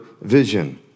vision